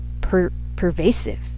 pervasive